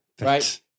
right